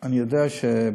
אני יודע שבתקופתי,